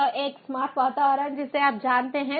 तो एक स्मार्ट वातावरण जिसे आप जानते हैं